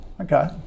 Okay